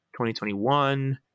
2021